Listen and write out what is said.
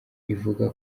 ivuga